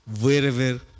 Wherever